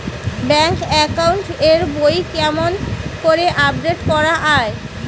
Bank account এর বই কেমন করি আপডেট করা য়ায়?